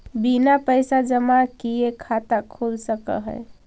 बिना पैसा जमा किए खाता खुल सक है?